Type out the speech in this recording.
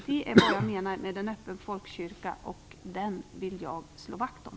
Det är vad jag menar med en öppen folkkyrka, och den vill jag slå vakt om.